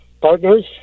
partners